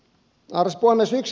arvoisa puhemies